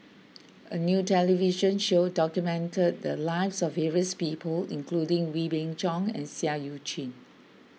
a new television show documented the lives of various people including Wee Beng Chong and Seah Eu Chin